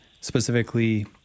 specifically